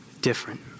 different